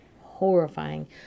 horrifying